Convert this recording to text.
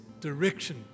direction